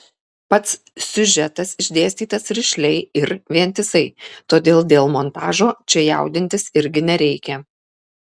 pats siužetas išdėstytas rišliai ir vientisai todėl dėl montažo čia jaudintis irgi nereikia